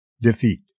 defeat